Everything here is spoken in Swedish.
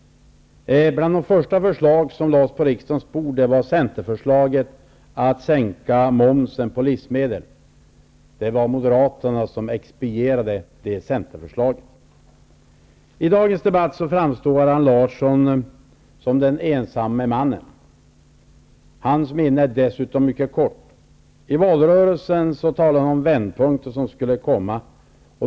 Bland de första förslag som lades på riksdagens bord var centerförslaget att sänka momsen på livsmedel. Moderaterna expedierade det centerförslaget. I dagens debatt framstår Allan Larsson som den ensamme mannen. Hans minne är dessutom mycket kort. I valrörelsen talade han om vändpunkter som skulle komma.